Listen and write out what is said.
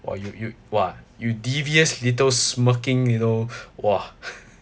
!wah! you you !wah! you devious little smirking little !wah!